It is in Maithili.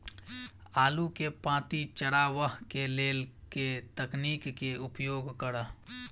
आलु केँ पांति चरावह केँ लेल केँ तकनीक केँ उपयोग करऽ?